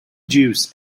jeeves